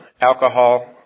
alcohol